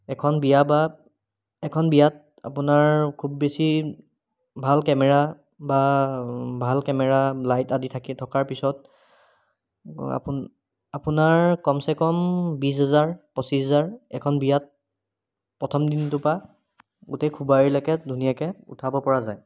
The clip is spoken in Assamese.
এখন বিয়া বা এখন বিয়াত আপোনাৰ খুব বেছি ভাল কেমেৰা বা ভাল কেমেৰা লাইট আদি থাকে থকাৰ পিছত আপো আপোনাৰ কমচে কম বিছ হেজাৰ পঁচিছ হেজাৰ এখন বিয়াত প্ৰথম দিনটোৰ পৰা গোটেই খুবাউৰীলৈকে ধুনীয়াকৈ উঠাব পৰা যায়